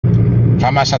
massa